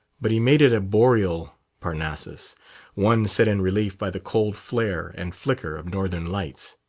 but he made it a boreal parnassus one set in relief by the cold flare and flicker of northern lights.